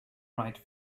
write